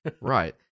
Right